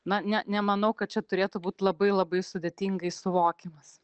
na ne nemanau kad čia turėtų būt labai labai sudėtingai suvokiamas